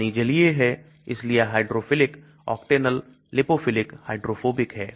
पानी जलीय है इसलिए हाइड्रोफिलिक octanol लिपोफिलिक हाइड्रोफोबिक है